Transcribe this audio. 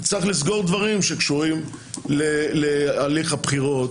נצטרך לסגור דברים שקשורים להליך הבחירות,